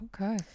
Okay